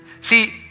See